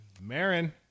Marin